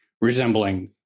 resembling